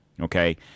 Okay